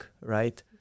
right